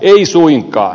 ei suinkaan